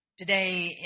Today